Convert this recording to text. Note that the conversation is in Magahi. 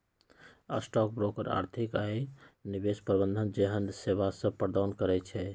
स्टॉक ब्रोकर आर्थिक आऽ निवेश प्रबंधन जेहन सेवासभ प्रदान करई छै